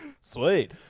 Sweet